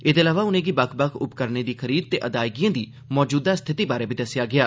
एहदे अलावा उनें'गी बक्ख बक्ख उपकरणें दी खरीद ते अदायगिएं दी मौजूदा स्थिति बारै बी दस्सेआ गेआ